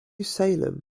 salem